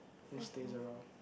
who stays around